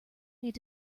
need